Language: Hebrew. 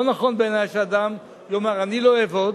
לא נכון בעיני שאדם יאמר: אני לא אעבוד,